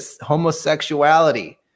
homosexuality